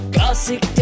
Classic